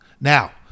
Now